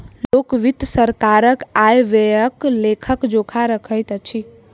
लोक वित्त सरकारक आय व्ययक लेखा जोखा रखैत अछि